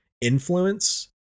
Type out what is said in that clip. influence